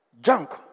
junk